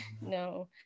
No